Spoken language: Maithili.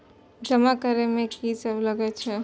जमा करे में की सब लगे छै?